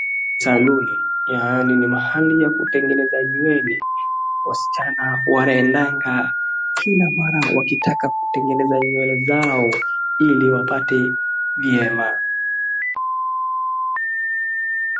Saluni yaani ni mahali ya kutengeneza nywele wasichana wanaendanga kila mara wakitaka kutengeneza nywele zao ili wapate vyema.